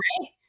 right